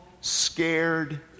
scared